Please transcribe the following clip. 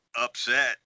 upset